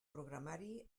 programari